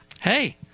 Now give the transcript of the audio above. Hey